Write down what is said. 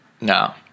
No